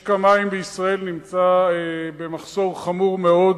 משק המים בישראל נמצא במחסור חמור מאוד,